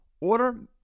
Order